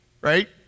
right